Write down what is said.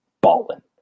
Ballin